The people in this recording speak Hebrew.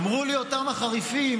אמרו לי אותם החריפים: